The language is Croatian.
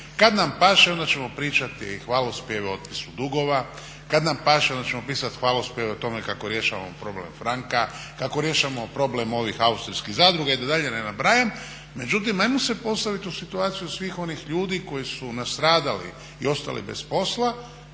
Kad nam paše onda ćemo pričati hvalospjeve otpisu dugova, kad nam paše onda ćemo pisat hvalospjeve o tome kako rješavamo problem franka, kako rješavamo problem ovih austrijskih zadruga i da dalje ne nabrajam. Međutim, ajmo se postavit u situaciju svih onih ljudi koji su nastradali i ostali bez posla